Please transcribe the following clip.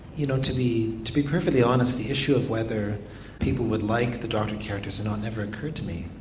you know to be to be perfectly honest the issue of whether people would like the doctor characters or not never occurred to me.